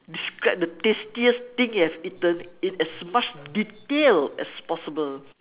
describe the tastiest thing you have eaten in as much detail as possible